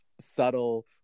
subtle